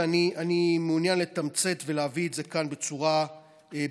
ואני מעוניין לתמצת ולהביא את זה כאן בצורה ברורה: